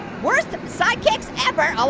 worst sidekicks ever, oh